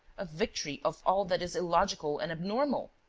a victory of all that is illogical and abnormal!